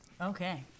Okay